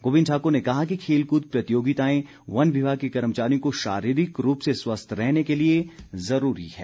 गोविंद ठाकुर ने कहा कि खेलकूद प्रतियोगिताएं वन विभाग के कर्मचारियों को शारीरिक रूप से स्वस्थ रहने के लिए जरूरी है